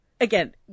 Again